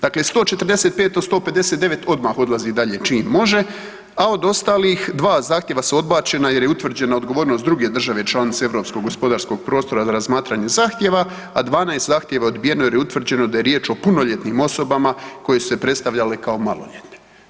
Dakle, 145 od 159 odmah odlazi dalje čim može, a od ostalih dva zahtjeva su odbačena jer je utvrđena odgovornost druge države članice europskog gospodarskog prostora za razmatranje zahtjeva, a 12 zahtjeva je odbijeno jer je utvrđeno da je riječ o punoljetnim osobama koje su se predstavljale kao maloljetne.